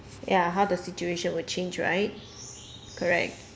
ya how the situation would change right correct